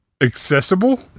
Accessible